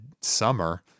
summer